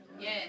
Yes